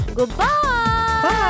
Goodbye